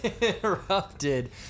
interrupted